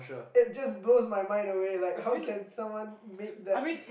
it just blows my mind away like how can someone make that